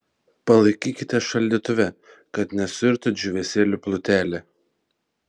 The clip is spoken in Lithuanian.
palaikykite šaldytuve kad nesuirtų džiūvėsėlių plutelė